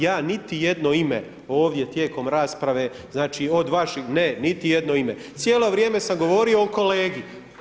Ja niti jedno ime ovdje tijekom rasprave od vaših, ne niti jedno ime, cijelo vrijeme sam govorio o kolegi.